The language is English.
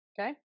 okay